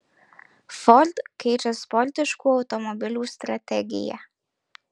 ford keičia sportiškų automobilių strategiją